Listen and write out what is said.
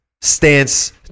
stance